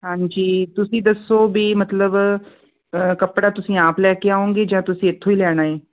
ਹਾਂਜੀ ਤੁਸੀਂ ਦੱਸੋ ਵੀ ਮਤਲਬ ਕੱਪੜਾ ਤੁਸੀਂ ਆਪ ਲੈ ਕੇ ਆਉਗੇ ਜਾਂ ਤੁਸੀਂ ਇੱਥੋਂ ਹੀ ਲੈਣਾ ਹੈ